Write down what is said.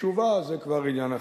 תשובה זה כבר עניין אחר.